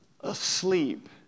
Asleep